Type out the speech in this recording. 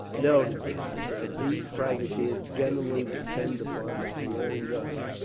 no, the doctor said. these privateers generally depend upon their long guns.